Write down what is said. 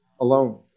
alone